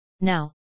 Now